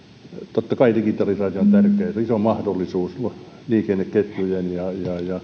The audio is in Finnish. totta kai digitalisaatio on tärkeätä iso mahdollisuus liikenneketjujen ja